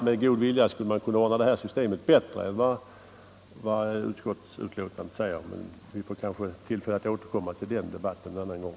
Med god vilja skulle man kunna ordna det här bättre än vad som föreslås i betänkandet, men vi får kanske tillfälle att återkomma till den debatten en annan gång.